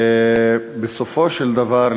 בסופו של דבר,